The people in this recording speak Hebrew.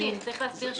צריך להסביר שהוא ממשיך.